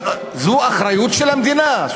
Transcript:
זו אחריות של המדינה,